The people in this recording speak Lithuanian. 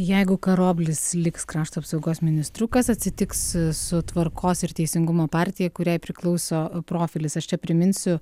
jeigu karoblis liks krašto apsaugos ministru kas atsitiks su tvarkos ir teisingumo partija kuriai priklauso profilis aš čia priminsiu